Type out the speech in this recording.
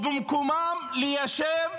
ובמקומם ליישב